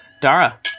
Dara